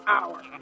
hour